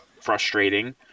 frustrating